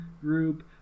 group